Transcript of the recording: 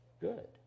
good